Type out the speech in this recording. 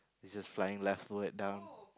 is he flying leftward down